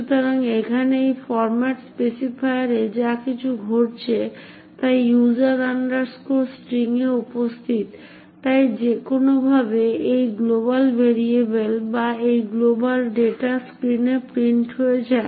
সুতরাং এখানে এই ফরম্যাট স্পেসিফায়ারে যা কিছু ঘটছে তা user string এ উপস্থিত তাই যে কোনওভাবে এই গ্লোবাল ভেরিয়েবল বা এই গ্লোবাল ডেটা স্ক্রিনে প্রিন্ট হয়ে যায়